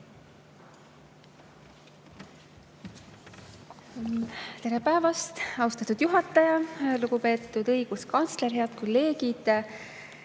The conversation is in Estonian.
Tere päevast, austatud juhataja! Lugupeetud õiguskantsler! Head kolleegid!